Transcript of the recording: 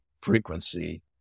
frequency